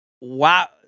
wow